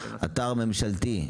אתר ממשלתי,